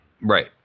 right